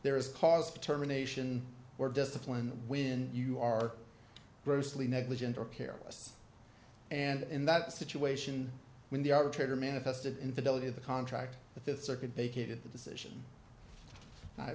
there is cause determination or discipline when you are grossly negligent or careless and in that situation when the arbitrator manifested in fidelity the contract the th circuit vacated the decision